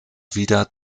wieder